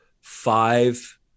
five